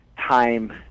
time